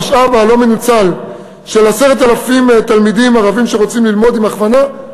המשאב הלא-מנוצל של 10,000 תלמידים ערבים שרוצים ללמוד עם הכוונה,